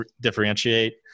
differentiate